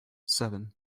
seven